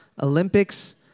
Olympics